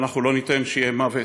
ואנחנו לא ניתן שיהיה מוות.